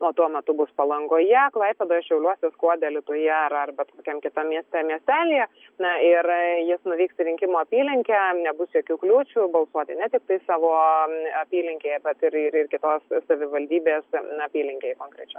o tuo metu bus palangoje klaipėdoje šiauliuose skuode alytuje ar ar bet kokiam kitam mieste ar miestelyje na ir jis nuvyks į rinkimų apylinkę jam nebus jokių kliūčių balsuoti ne tiktai savo apylinkėje bet ir ir kitos savivaldybės na apylinkėj konkrečioj